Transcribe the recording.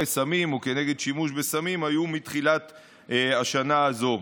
סמים או כנגד שימוש בסמים היו מתחילת השנה הזאת.